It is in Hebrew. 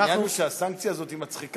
העניין הוא שהסנקציה הזאת מצחיקה,